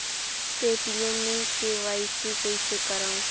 Paytm मे KYC कइसे करव?